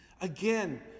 Again